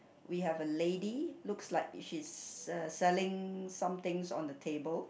we have a lady looks like she's selling something on the table